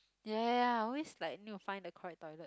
ya ya ya always like need to find the correct toilet